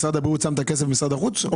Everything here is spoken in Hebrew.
משרד הבריאות שם את הכסף במשרד החוץ או